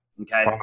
Okay